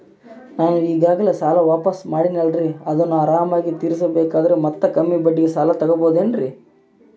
ನಾನು ಈಗಾಗಲೇ ಸಾಲ ವಾಪಾಸ್ಸು ಮಾಡಿನಲ್ರಿ ಅದನ್ನು ಆರಾಮಾಗಿ ತೇರಿಸಬೇಕಂದರೆ ಮತ್ತ ಕಮ್ಮಿ ಬಡ್ಡಿಗೆ ಸಾಲ ತಗೋಬಹುದೇನ್ರಿ?